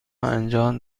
انجام